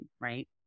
right